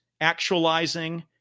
actualizing